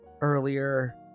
earlier